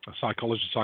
psychologist